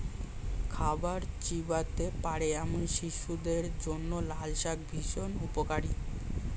খাবার চিবোতে পারে এমন শিশুদের জন্য লালশাক ভীষণ উপকারী